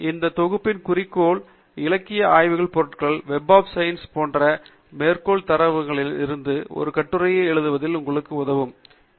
இந்த தொகுப்பின் குறிக்கோள் இலக்கிய ஆய்வுப் பொருட்களான வெப் ஆப் சயின்ஸ் போன்ற சில மேற்கோள் தரவுத் தளங்களில் இருந்து ஒரு கட்டுரையை எழுதுவதில் உங்களுக்கு உதவுவதாகும்